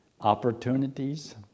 opportunities